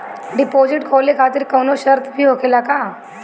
Deposit खोले खातिर कौनो शर्त भी होखेला का?